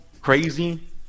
crazy